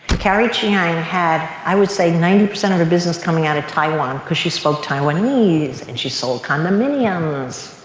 carrie chiang had, i would say, ninety percent of the business coming out of taiwan cause she spoke taiwanese and she sold condominiums.